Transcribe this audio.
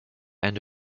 end